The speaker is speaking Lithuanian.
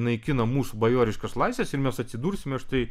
naikina mūsų bajoriškas laisves ir mes atsidursime štai